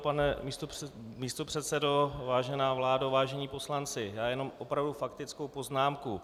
Pane místopředsedo, vážená vládo, vážení poslanci, já jenom opravdu faktickou poznámku.